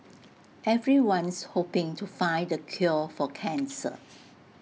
everyone's hoping to find the cure for cancer